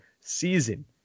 season